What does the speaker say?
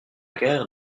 gare